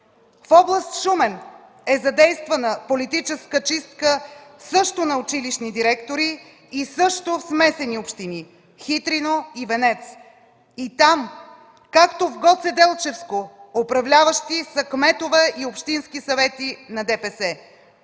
В област Шумен е задействана политическа чистка също на училищни директори и също в смесени общини – Хитрино и Венец. И там, както в Гоцеделчевско управляващи са кметове и общински съвети на ДПС.